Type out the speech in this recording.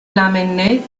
lamennais